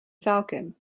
falcon